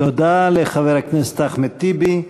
תודה לחבר הכנסת אחמד טיבי.